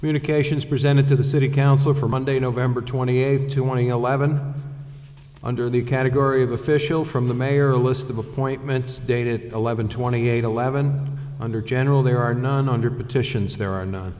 communications presented to the city council for monday november twenty eighth to want to eleven under the category of official from the mayor a list of appointments dated eleven twenty eight eleven under general there are nine hundred petitions there are no